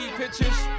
pictures